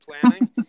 planning